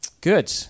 Good